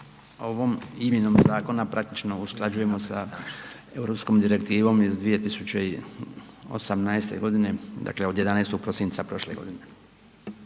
ovom izmjenom zakona praktično usklađujemo sa Europskom direktivom iz 2018. godine, dakle od 11. prosinca prošle godine.